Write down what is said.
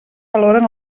valoren